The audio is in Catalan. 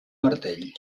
martell